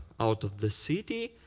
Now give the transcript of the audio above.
out of the city.